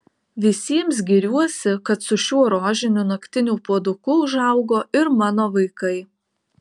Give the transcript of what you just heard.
visiems giriuosi kad su šiuo rožiniu naktiniu puoduku užaugo ir mano vaikai